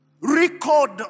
record